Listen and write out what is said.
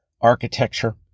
architecture